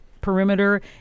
perimeter